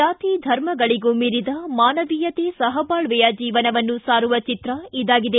ಜಾತಿ ಧರ್ಮಗಳಿಗೂ ಮೀರಿದ ಮಾನವೀಯತೆ ಸಹಬಾಳ್ವೆಯ ಜೀವನವನ್ನು ಸಾರುವ ಚಿತ್ರ ಇದಾಗಿದೆ